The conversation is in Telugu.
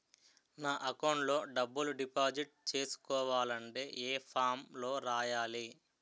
నా అకౌంట్ లో డబ్బులు డిపాజిట్ చేసుకోవాలంటే ఏ ఫామ్ లో రాయాలి?